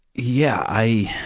yeah. i,